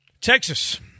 Texas